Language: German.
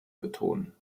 betonen